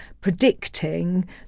predicting